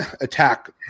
attack